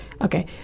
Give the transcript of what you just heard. Okay